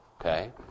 okay